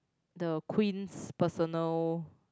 the queen's personal